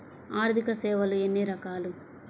ఆర్థిక సేవలు ఎన్ని రకాలు?